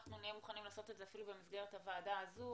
אנחנו נהיה מוכנים לעשות את זה אפילו במסגרת הוועדה הזאת.